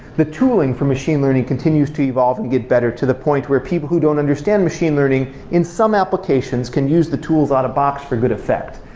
the tooling for machine learning continues to evolve and get better to the point where people who don't understand machine learning in some applications can use the tools out a box for good effect.